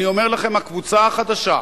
אני אומר לכם, הקבוצה החדשה,